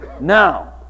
now